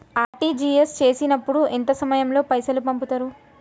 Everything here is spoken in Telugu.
ఆర్.టి.జి.ఎస్ చేసినప్పుడు ఎంత సమయం లో పైసలు పంపుతరు?